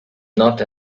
not